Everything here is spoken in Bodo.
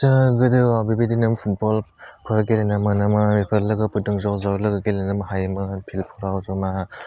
जोङो गोदो बेबायदिनो फुटबलफोर गेलेनो मोनोमोन बेफोर लोगोफोरदों ज' ज' गेलेनो हायोमोन फिल्डफ्राव जमा